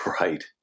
right